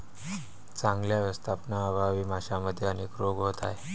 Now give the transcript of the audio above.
चांगल्या व्यवस्थापनाअभावी माशांमध्ये अनेक रोग होत आहेत